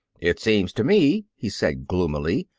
it seems to me, he said gloomily,